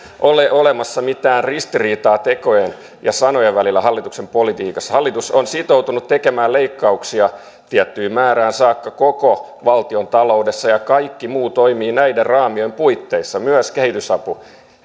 ole olemassa mitään ristiriitaa tekojen ja sanojen välillä hallituksen politiikassa hallitus on sitoutunut tekemään leikkauksia tiettyyn määrään saakka koko valtiontaloudessa ja kaikki muu toimii näiden raamien puitteissa myös kehitysapu